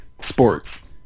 sports